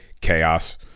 Chaos